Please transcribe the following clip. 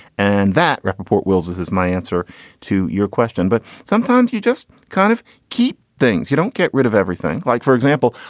and that rapaport wills's is my answer to your question. but sometimes you just kind of keep things. you don't get rid of everything. like, for example,